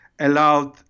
allowed